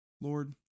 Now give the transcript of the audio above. Lord